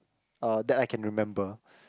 uh that I can remember